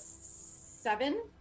seven